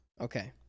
Okay